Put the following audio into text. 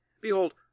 Behold